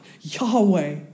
Yahweh